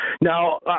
Now